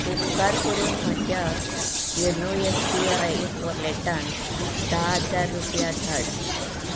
उपकार करून म्हज्या योनो एस बी आय वॉलेटांत धा हजार रुपया धाड